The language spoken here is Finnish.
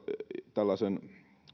tällaisen